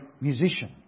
musician